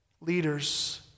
leaders